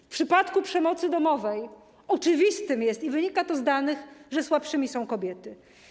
W przypadku przemocy domowej jest oczywiste, i wynika to z danych, że słabszymi są kobiety.